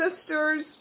sisters